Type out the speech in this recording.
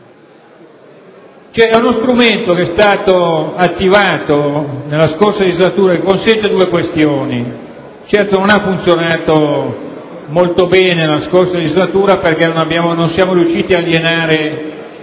lo strumento indicato è stato attivato nella scorsa legislatura e consente due questioni. Certo, non ha funzionato molto bene nella scorsa legislatura perché non siamo riusciti ad alienare